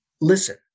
Listen